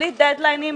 בלי דד-ליינים,